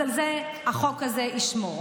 אז על זה החוק הזה ישמור.